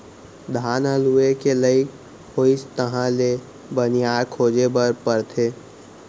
धान ह लूए के लइक होइस तहाँ ले बनिहार खोजे बर परथे